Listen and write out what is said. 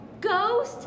Ghost